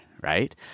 Right